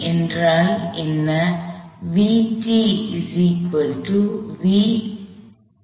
என்றால் என்ன